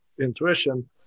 intuition